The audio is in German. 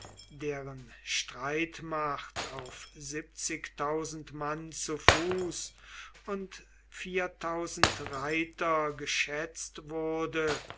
deren streitmacht auf mann zu fuß und reiter geschätzt wurde